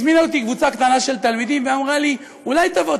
הזמינה אותי קבוצה קטנה של תלמידים ואמרה לי: אולי תבוא,